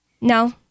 No